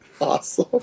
Awesome